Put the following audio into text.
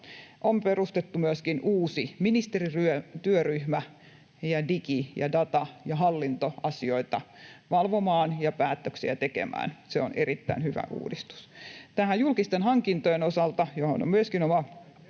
On perustettu myöskin uusi ministerityöryhmä digi- ja data- ja hallintoasioita valvomaan ja päätöksiä tekemään. Se on erittäin hyvä uudistus. Näiden julkisten hankintojen osalta, johon on myöskin oma